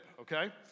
Okay